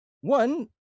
one